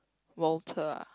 Walter ah